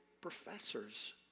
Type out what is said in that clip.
professors